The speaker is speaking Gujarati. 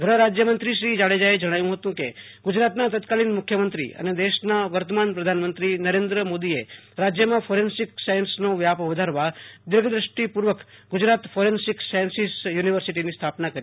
ગૃહ રાજ્યમંત્રીશ્રી જાડેજાએ જણાવ્યું હતું કે ગુજરાતના તત્કાલીન મુખ્યમંત્રી અને દેશના વર્તમાન પ્રધાનમંત્રી નરેન્દ્ર મોદીએ રાજ્યમાં ફોરેન્સિક સાયન્સનો વ્યાપ વધારવા દીર્ધદૃષ્ટિપૂ ર્વક ગુજરાત ફોરેન્સિક સાયન્સીસ યુ નિવર્સિટીની સ્થા પના કરી હતી